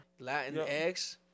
Latinx